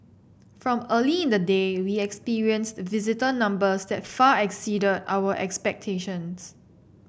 from early in the day we experienced visitor numbers that far exceeded our expectations